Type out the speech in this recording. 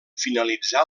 finalitzà